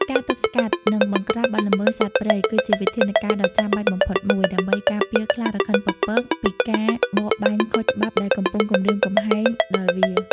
ការទប់ស្កាត់ និងបង្ក្រាបបទល្មើសសត្វព្រៃ គឺជាវិធានការដ៏ចាំបាច់បំផុតមួយ ដើម្បីការពារខ្លារខិនពពក ពីការបរបាញ់ខុសច្បាប់ដែលកំពុងគំរាមកំហែងដល់វា។